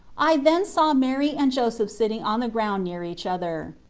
i then saw mary and joseph sitting on the ground near each other.